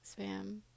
spam